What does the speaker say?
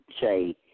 say